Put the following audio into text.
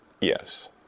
Yes